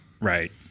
Right